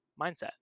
mindset